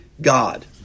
God